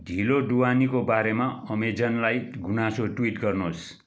ढिलो ढुवानीको बारेमा अमेजनलाई गुनासो ट्विट गर्नुहोस्